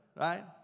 right